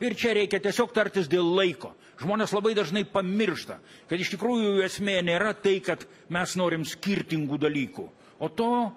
ir čia reikia tiesiog tartis dėl laiko žmonės labai dažnai pamiršta kad iš tikrųjų esmė nėra tai kad mes norim skirtingų dalykų o to